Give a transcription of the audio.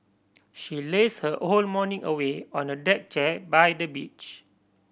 she lazed her whole morning away on a deck chair by the beach